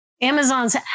Amazon's